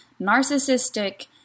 narcissistic